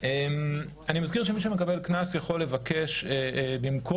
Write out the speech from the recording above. אני מזכיר שמי שמקבל קנס יכול לבקש במקום